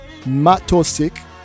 Matosik